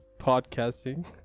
podcasting